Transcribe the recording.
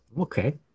Okay